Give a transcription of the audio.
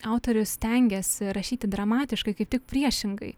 autorius stengiasi rašyti dramatiškai kaip tik priešingai